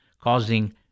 causing